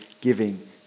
giving